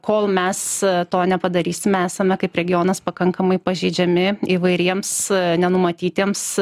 kol mes to nepadarysime esame kaip regionas pakankamai pažeidžiami įvairiems nenumatytiems